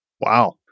Wow